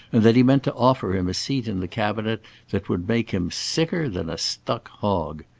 and that he meant to offer him a seat in the cabinet that would make him sicker than a stuck hog.